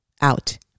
out